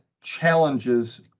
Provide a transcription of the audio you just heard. challenges